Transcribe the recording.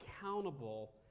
accountable